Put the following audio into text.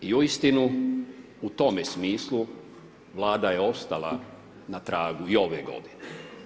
I uistinu u tome smislu Vlada je ostala na tragu i ove godine.